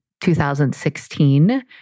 2016